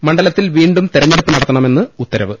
മണ്ഡലത്തിൽ വീണ്ടും തെരഞ്ഞെടുപ്പ് നട ത്തണമെന്ന് ഉത്തരവ്